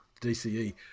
DCE